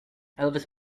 elvis